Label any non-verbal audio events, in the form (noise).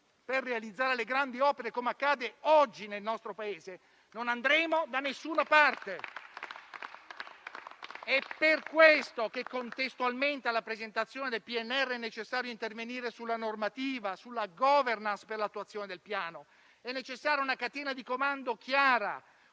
per realizzare le grandi opere, come accade oggi nel nostro Paese, non andremo da nessuna parte. (applause) È per questo che, contestualmente alla presentazione del PNRR, è necessario intervenire sulla normativa, sulla *governance* per l'attuazione del Piano. È necessaria una catena di comando chiara,